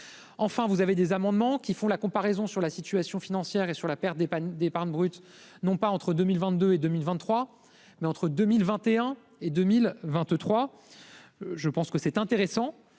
Enfin, les auteurs de certains amendements font la comparaison sur la situation financière et la perte d'épargne brute non pas entre 2022 et 2023, mais entre 2021 et 2023. Je pense que c'est intéressant,